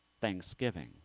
thanksgiving